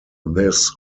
this